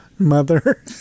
mother